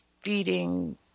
feeding